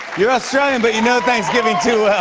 you're australian, but you know thanksgiving too